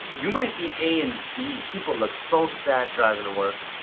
you might be a and d. people look so sad driving to work.